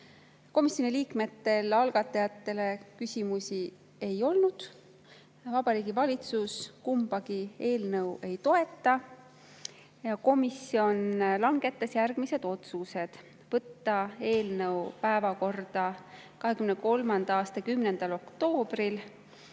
Komisjoni liikmetel algatajatele küsimusi ei olnud. Vabariigi Valitsus kumbagi eelnõu ei toeta. Komisjon langetas järgmised otsused. Võtta eelnõu päevakorda 2023. aasta 10. oktoobril.